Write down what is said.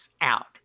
out